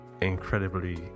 incredibly